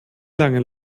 lange